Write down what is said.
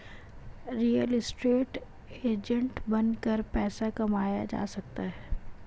real estate agent बनकर पैसा कमाया जा सकता है